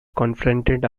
confronted